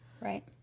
Right